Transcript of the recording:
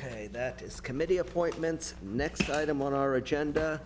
say that his committee appointments next item on our agenda